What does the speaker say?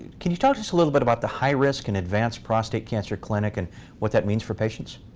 can you talk just a little bit about the high risk and advanced prostate cancer clinic, and what that means for patients?